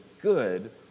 good